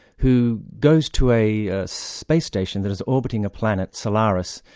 who goes to a space station that is orbiting a planet, solaris,